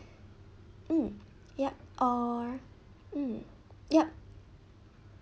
mm yup or mm yup